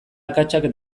akatsak